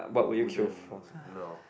wouldn't no